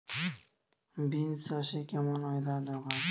Beans চাষে কেমন weather দরকার?